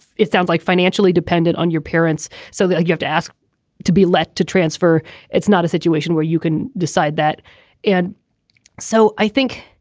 it sounds like financially dependent on your parents so you have to ask to be left to transfer it's not a situation where you can decide that and so i think